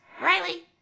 Riley